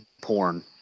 porn